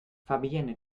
fabienne